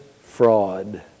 fraud